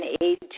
aid